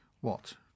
What